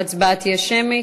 ההצבעה תהיה שמית.